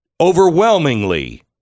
overwhelmingly